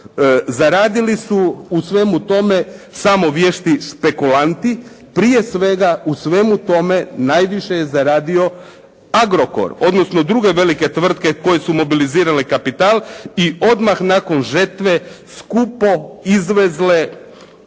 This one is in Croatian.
Zaradili su u svemu tome samo vješti špekulanti. Prije svega u svemu tome najviše je zaradio „Agrokor“ odnosno druge velike tvrtke koje su mobilizirale kapital i odmah nakon žetve skupo izvezle